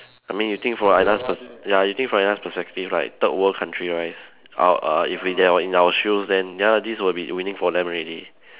I mean you think from another pers~ ya you think from another perspective like third world country wise our uh if they are in our shoes then ya lah this will be winning for them already